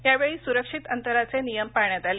यावेळी सुरक्षित अंतराचे नियम पाळण्यात आले